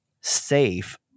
safe